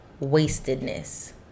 wastedness